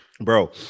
bro